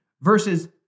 versus